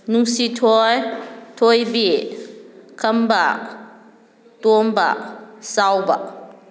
ꯅꯨꯡꯁꯤꯊꯣꯏ ꯊꯣꯏꯕꯤ ꯈꯝꯕ ꯇꯣꯝꯕ ꯆꯥꯎꯕ